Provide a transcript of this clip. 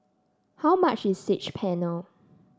how much is Saag Paneer